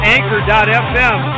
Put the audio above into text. Anchor.fm